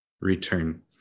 return